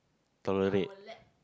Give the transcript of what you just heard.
tolerate